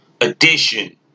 edition